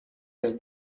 jest